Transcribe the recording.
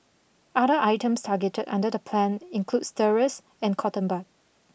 other items targeted under the plan includes stirrers and cotton bud